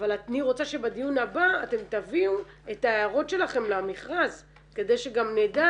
אבל אני רוצה שבדיון הבא אתם תביאו את ההערות שלכם למכרז כדי שגם נדע